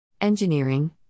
Engineering